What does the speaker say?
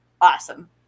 awesome